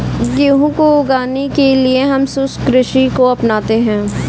गेहूं को उगाने के लिए हम शुष्क कृषि को अपनाते हैं